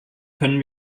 können